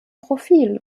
profil